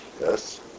Yes